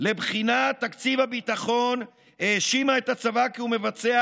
לבחינת תקציב הביטחון האשימה את הצבא כי הוא מבצע